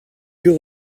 que